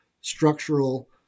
structural